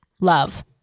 love